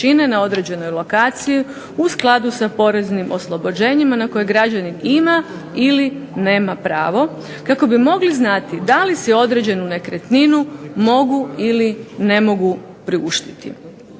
na određenoj lokaciji, u skladu sa poreznim oslobođenjima, na koje građanin ima ili nema pravo, kako bi mogli znati da li si određenu nekretninu mogu ili ne mogu priuštiti.